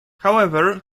however